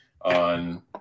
on